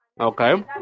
Okay